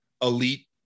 elite